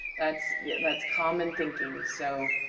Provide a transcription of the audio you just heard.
that's yeah that's common thinking, so,